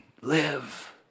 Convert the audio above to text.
live